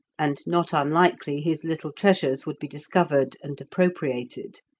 and not unlikely his little treasures would be discovered and appropriated.